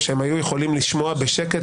בשקר